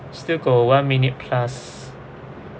still got one minute plus